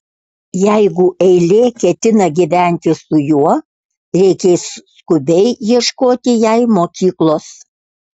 jeigu eilė ketina gyventi su juo reikės skubiai ieškoti jai mokyklos